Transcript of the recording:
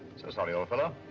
so sorry, old fellow.